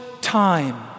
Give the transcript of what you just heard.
time